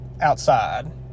outside